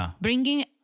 bringing